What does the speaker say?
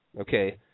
okay